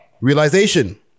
Realization